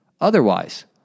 Otherwise